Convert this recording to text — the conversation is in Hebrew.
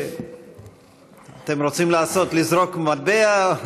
אתם רוצים לזרוק מטבע?